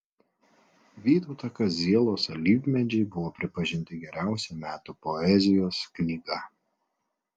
vytauto kazielos alyvmedžiai buvo pripažinti geriausia metų poezijos knyga